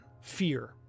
fear